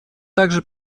также